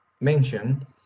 mention